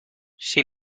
she